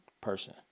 person